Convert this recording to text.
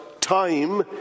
time